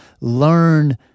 Learn